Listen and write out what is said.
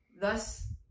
thus